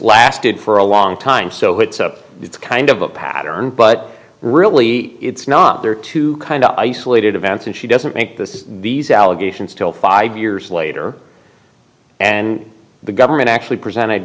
lasted for a long time so it's up it's kind of a pattern but really it's not there to kind of isolated events and she doesn't make this these allegations till five years later and the government